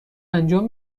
انجام